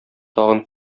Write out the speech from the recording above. тагын